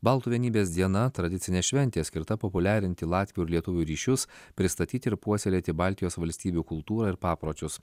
baltų vienybės diena tradicinė šventė skirta populiarinti latvių ir lietuvių ryšius pristatyti ir puoselėti baltijos valstybių kultūrą ir papročius